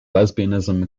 lesbianism